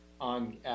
on